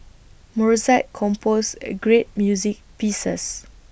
Mozart composed A great music pieces